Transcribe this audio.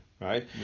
right